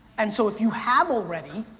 and so if you have already,